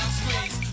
squeeze